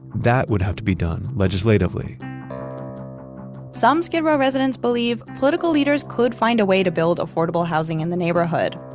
that would have to be done legislatively some skid row residents believe political leaders could find a way to build affordable housing in the neighborhood,